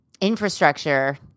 infrastructure